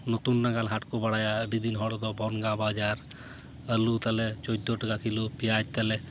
ᱱᱚᱛᱩᱱ ᱰᱟᱜᱟᱞ ᱦᱟᱴ ᱠᱚ ᱵᱟᱲᱟᱭᱟ ᱟᱰᱤᱫᱤᱱ ᱦᱚᱲ ᱫᱚ ᱵᱚᱱᱜᱟ ᱵᱟᱡᱟᱨ ᱟᱹᱞᱩ ᱛᱟᱞᱮ ᱪᱚᱫᱽᱫᱚ ᱴᱟᱠᱟ ᱠᱤᱞᱳ ᱯᱮᱸᱭᱟᱡᱽ ᱛᱟᱞᱮ